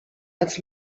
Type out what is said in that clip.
als